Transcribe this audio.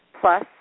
plus